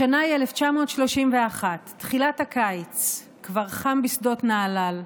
השנה היא 1931, תחילת הקיץ, כבר חם בשדות נהלל.